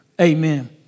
Amen